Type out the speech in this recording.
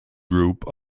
group